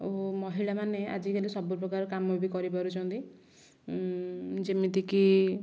ଓ ମହିଳାମାନେ ଆଜିକାଲି ସବୁପ୍ରକାର କାମ ବି କରିପାରୁଛନ୍ତି ଯେମିତି କି